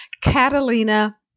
Catalina